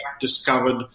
discovered